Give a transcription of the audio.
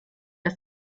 das